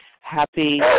happy